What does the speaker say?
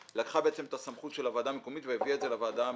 לקחה את הסמכות של הוועדה המקומית והביאה את זה לוועדה המחוזית,